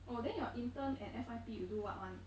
oh then your intern and F_Y_P you do [what] [one]